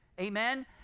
Amen